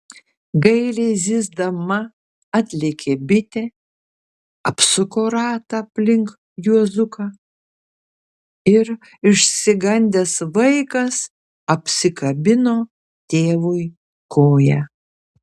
gailiai zyzdama atlėkė bitė apsuko ratą aplink juozuką ir išsigandęs vaikas apsikabino tėvui koją